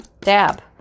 Dab